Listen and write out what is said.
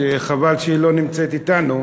חבל שהיא לא נמצאת אתנו.